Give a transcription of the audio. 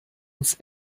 uns